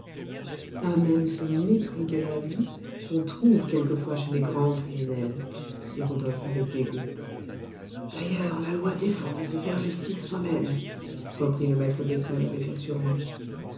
pas même ce mépris de la vie qu'on trouve quelquefois chez les grands criminels dit rodolphe avec dégoût d'ailleurs la loi défend de se faire justice soi-même reprit le maître d'école avec assurance